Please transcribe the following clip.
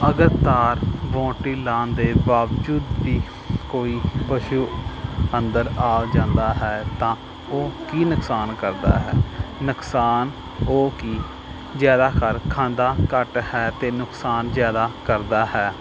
ਅਗਰ ਤਾਰ ਬੋਂਡਰੀ ਲਾਨ ਦੇ ਬਾਵਜੂਦ ਵੀ ਕੋਈ ਪਸ਼ੂ ਅੰਦਰ ਆ ਜਾਂਦਾ ਹੈ ਤਾਂ ਉਹ ਕੀ ਨੁਕਸਾਨ ਕਰਦਾ ਹੈ ਨੁਕਸਾਨ ਉਹ ਕਿ ਜ਼ਿਆਦਾਤਰ ਖਾਂਦਾ ਘੱਟ ਹੈ ਅਤੇ ਨੁਕਸਾਨ ਜ਼ਿਆਦਾ ਕਰਦਾ ਹੈ